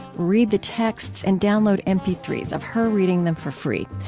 read the texts and download m p three s of her reading them for free.